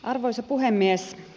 arvoisa puhemies